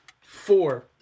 Four